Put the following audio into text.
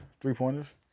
three-pointers